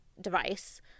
device